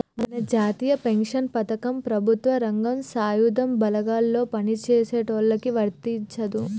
మన జాతీయ పెన్షన్ పథకం ప్రభుత్వ రంగం సాయుధ బలగాల్లో పని చేసేటోళ్ళకి వర్తించదు